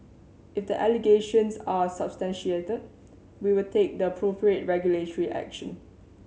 if the allegations are substantiated we will take the appropriate regulatory action